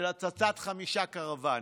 של הצתת חמישה קרוואנים,